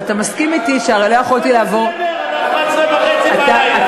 אחת-עשרה וחצי בלילה,